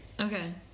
Okay